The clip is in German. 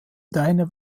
eine